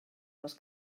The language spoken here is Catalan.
les